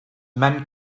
men